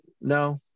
no